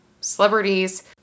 celebrities